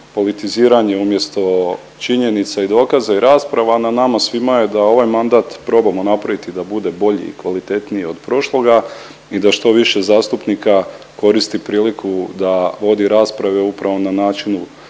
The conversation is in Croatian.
politiziranje umjesto činjenica i dokaza i rasprava, a na nama svima je da ovaj mandat probamo napraviti da bude bolji i kvalitetniji od prošloga i da što više zastupnika koristi priliku da vodi rasprave upravo na načinu